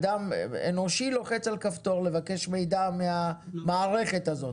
אדם אנושי לוחץ על כפתור לבקש מידע מהמערכת הזאת.